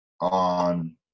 on